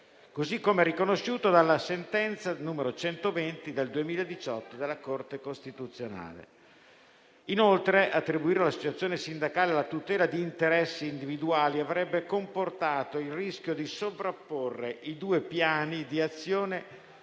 così come riconosciuto dalla sentenza n. 120 del 2018 della Corte costituzionale. Inoltre, attribuire all'associazione sindacale la tutela di interessi individuali avrebbe comportato il rischio di sovrapporre i due piani di azione